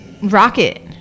rocket